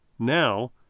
now